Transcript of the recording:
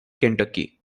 kentucky